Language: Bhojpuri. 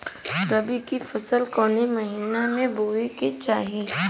रबी की फसल कौने महिना में बोवे के चाही?